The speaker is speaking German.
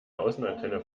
außenantenne